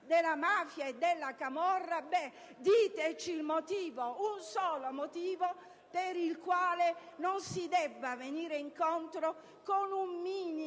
diteci il motivo, un solo motivo, per il quale non si debba venire incontro, prestando